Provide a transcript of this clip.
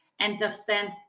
understand